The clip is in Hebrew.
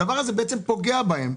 הדבר הזה בעצם פוגע בהם,